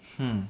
hmm